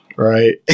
Right